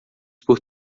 por